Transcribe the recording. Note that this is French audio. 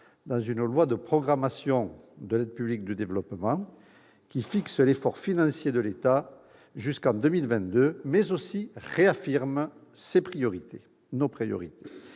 dans une loi de programmation de l'aide publique au développement, qui fixe l'effort financier de l'État jusqu'en 2022 et réaffirme nos priorités.